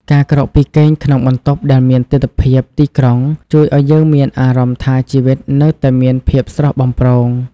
ការក្រោកពីគេងក្នុងបន្ទប់ដែលមានទិដ្ឋភាពទីក្រុង ជួយឱ្យយើងមានអារម្មណ៍ថាជីវិតនៅតែមានភាពស្រស់បំព្រង។